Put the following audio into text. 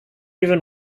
even